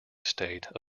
estate